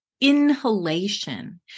inhalation